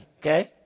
Okay